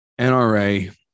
NRA